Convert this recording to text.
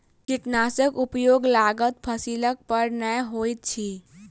कीटनाशकक उपयोग लागल फसील पर नै होइत अछि